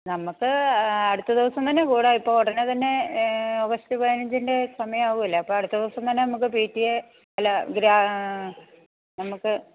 നമുക്ക് അടുത്ത ദിവസം തന്നെ കൂടാം ഇപ്പോൾ ഉടനെ തന്നെ ഓഗസ്റ്റ് പതിനഞ്ചിൻ്റെ സമയം ആകുകയല്ലെ അപ്പോൾ അടുത്ത ദിവസം തന്നെ നമുക്ക് പി ടി എ യിൽ നമുക്ക്